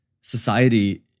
society